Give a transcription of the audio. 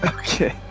okay